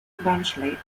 barnsley